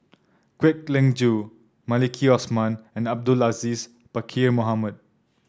Kwek Leng Joo Maliki Osman and Abdul Aziz Pakkeer Mohamed